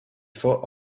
thought